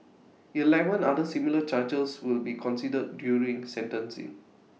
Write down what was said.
Eleven other similar charges will be considered during sentencing